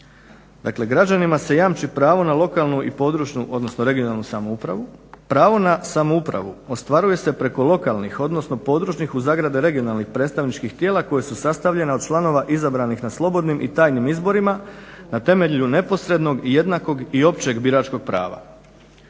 dakle građanima se jamči pravo na lokalnu i područnu, odnosno regionalnu samoupravu. Pravo na samoupravu ostvaruje se preko lokalnih odnosno područnih (regionalnih) predstavničkih tijela koja su sastavljena od članova izabranih na slobodnim i tajnim izborima na temelju neposrednog, jednakog i općeg biračkog prava.